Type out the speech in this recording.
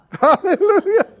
Hallelujah